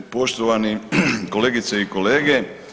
Poštovane kolegice i kolege.